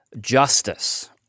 justice